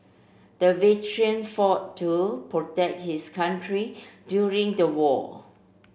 the veteran fought to protect his country during the war